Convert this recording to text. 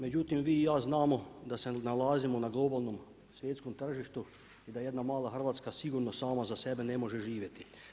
Međutim, vi i ja znamo da se nalazimo na globalnom svjetskom tržištu i da jedna mala Hrvatska sigurno sama za sebe ne može živjeti.